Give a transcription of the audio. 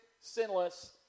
sinless